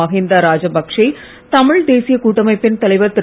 மஹிந்தா ராஜபக்கேஷ தமிழ்தேசியக் கூட்டமைப்பின் தலைவர் திரு